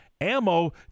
ammo